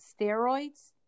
steroids